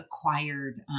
acquired